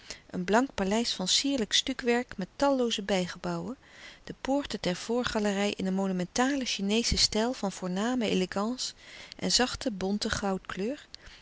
een blank paleis van sierlijk stuc werk met tallooze bijgebouwen de poorten der voorgalerij in een monumentalen chineelouis couperus de stille kracht schen stijl van voorname elegance en zachte bonte